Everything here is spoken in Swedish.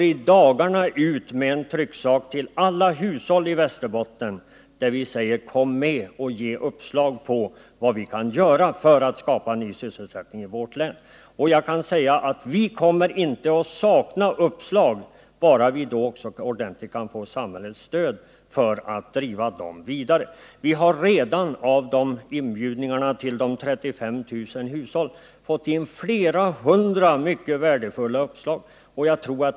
I dagarna går vi ut med en trycksak till alla hushåll i Västerbotten, där vi säger: Kom med och ge uppslag till vad vi kan göra för att skapa ny sysselsättning i vårt län. Jag kan då säga att vi inte kommer att sakna uppslag. Det gäller bara att få samhällets stöd, så att vi kan arbeta vidare på dem. Inbjudningarna till de 35 000 hushållen har redan resulterat i flera hundra mycket värdefulla uppslag.